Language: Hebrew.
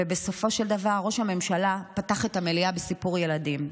ובסופו של דבר ראש הממשלה פתח את המליאה בסיפור ילדים,